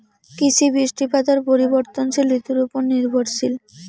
কৃষি, বৃষ্টিপাত আর পরিবর্তনশীল ঋতুর উপর নির্ভরশীল